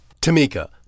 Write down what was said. Tamika